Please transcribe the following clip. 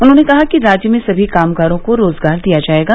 उन्होंने कहा कि राज्य में सभी कामगारों को रोजगार दिया जायेगा